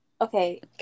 okay